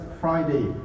Friday